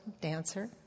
dancer